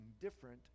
different